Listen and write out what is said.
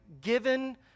given